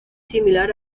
similar